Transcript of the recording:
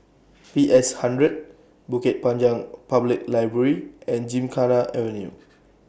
P S hundred Bukit Panjang Public Library and Gymkhana Avenue